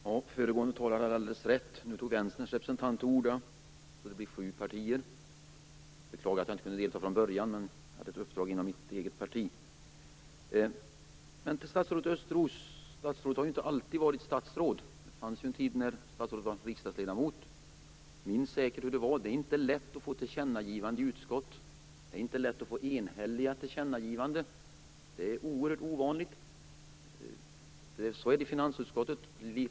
Herr talman! Föregående talare hade alldeles rätt. Nu tar Vänsterns representant till orda. Då är vi sju partier. Jag beklagar att jag inte kunde delta från början, men jag hade ett uppdrag inom mitt eget parti. Statsrådet Östros har ju inte alltid varit statsråd. Det fanns en tid när statsrådet var riksdagsledamot. Han minns säkert hur det var. Det är inte lätt att få ett tillkännagivande i ett utskott. Det är inte lätt att få enhälliga tillkännagivanden. Det är oerhört ovanligt. Så är det i finansutskottet.